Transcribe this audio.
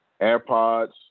AirPods